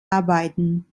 arbeiten